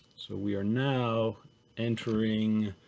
so we are now entering